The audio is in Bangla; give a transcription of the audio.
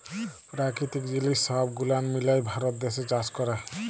পেরাকিতিক জিলিস সহব গুলান মিলায় ভারত দ্যাশে চাষ ক্যরে